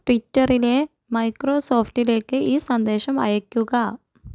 ട്വിറ്ററിലെ മൈക്രോസോഫ്റ്റിലേക്ക് ഈ സന്ദേശം അയയ്ക്കുക